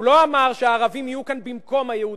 הוא לא אמר שהערבים יהיו כאן במקום היהודים,